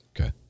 Okay